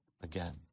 again